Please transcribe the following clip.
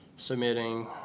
submitting